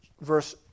verse